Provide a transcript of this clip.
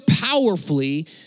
powerfully